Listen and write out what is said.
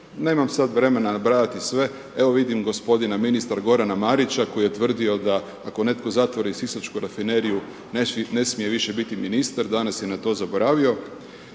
Nemam sad vremena nabrajati sve, evo vidim gospodina ministra Gorana Marića koji je tvrdio da ako netko zatvori sisačku rafineriju ne smije više biti ministra, danas je na to zaboravio,